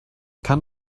kann